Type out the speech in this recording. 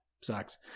Sucks